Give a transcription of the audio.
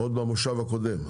עוד במושב הקודם.